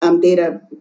data